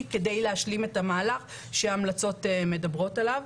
כדי להשלים את המהלך שההמלצות מדברות עליו.